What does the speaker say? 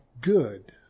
good